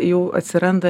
jau atsiranda